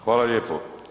Hvala lijepo.